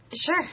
Sure